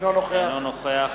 אינו נוכח